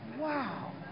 wow